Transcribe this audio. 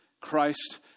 Christ